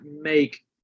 make